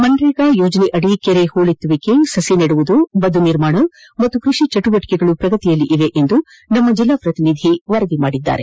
ಮನ್ನೇಗಾ ಯೋಜನೆಯಡಿ ಕೆರೆ ಪೂಳೆತ್ತುವಿಕೆ ಸಸಿ ನೆಡುವುದು ಬದು ನಿರ್ಮಾಣ ಹಾಗೂ ಕೃಷಿ ಚಟುವಟಿಕೆಗಳು ಪ್ರಗತಿಯಲ್ಲಿವೆ ಎಂದು ನಮ್ಮ ಜಲ್ಲಾ ಪ್ರತಿನಿಧಿ ವರದಿ ಮಾಡಿದ್ದಾರೆ